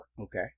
Okay